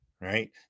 right